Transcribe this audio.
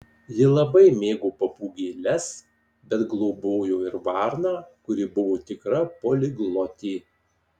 ji labai mėgo papūgėles bet globojo ir varną kuri buvo tikra poliglotė